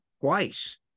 twice